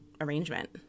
arrangement